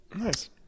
nice